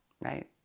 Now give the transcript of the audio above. Right